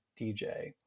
DJ